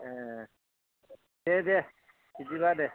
ए दे दे बिदिबा दे